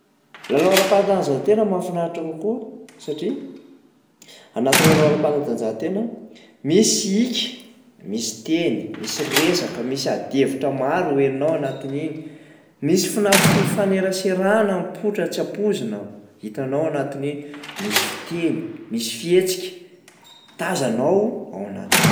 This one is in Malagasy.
Lalao ara-patajahantena mahafinaritra kokoa satria anaty lalao ara-panatanjahantena misy hika, misy teny, misy resaka, misy ady hevitra maro ho henonao anatin'iny, misy fina- fifaneraserana mipoitra tsy ampoizina hitanao anatin'iny. Misy fiteny, misy fihetsika tazanao ao anatin'iny.